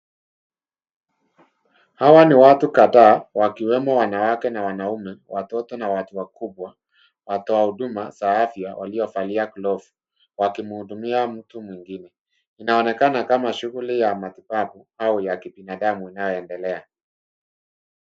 Hawa ni watu kadhaa, wakiwemo wanawake na wanaume, watoto na watu wakubwa. Watoa huduma za afya waliovalia glavu wakimhudumia mtu mwingine. Inaonekana kama shughuli ya matibabu au ya kibinadamu inayoendelea.